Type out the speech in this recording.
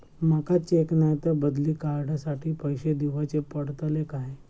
माका चेक नाय तर बदली कार्ड साठी पैसे दीवचे पडतले काय?